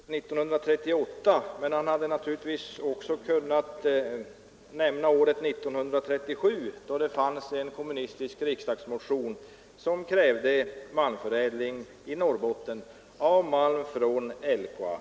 Herr talman! Herr Dahlberg hänvisade till år 1939, men han hade naturligtvis också kunnat nämna år 1937, då det förelåg en kommunistisk riksdagsmotion, där man krävde malmförädling i Norrbotten av malm från LKAB.